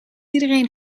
iedereen